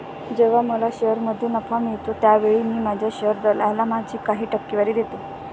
जेव्हा मला शेअरमध्ये नफा मिळतो त्यावेळी मी माझ्या शेअर दलालाला माझी काही टक्केवारी देतो